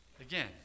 Again